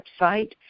website